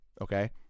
okay